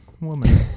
woman